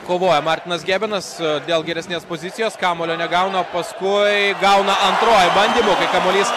kovojo martinas gebinas dėl geresnės pozicijos kamuolio negauna paskui gauna antruoju bandymu kamuolys